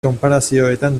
konparazioetan